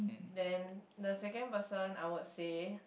then the second person I would say